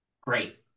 Great